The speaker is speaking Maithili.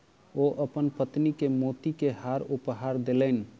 ओ अपन पत्नी के मोती के हार उपहार देलैन